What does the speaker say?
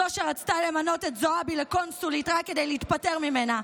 זו שרצתה למנות את זועבי לקונסולית רק כדי להתפטר ממנה,